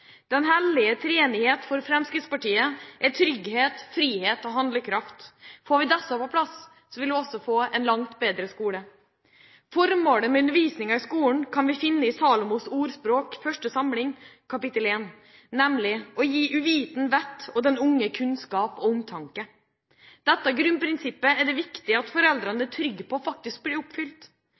Den hellige treenighet for Fremskrittspartiet er trygghet, frihet og handlekraft. Får vi disse på plass, vil vi også få en langt bedre skole. Formålet med undervisningen i skolen kan vi finne i Salomos ordspråk første samling kapittel 1 vers 4, nemlig «å gi uvitende vett og den unge kunnskap og omtanke». Dette grunnprinsippet er det viktig at foreldrene er trygge på blir oppfylt.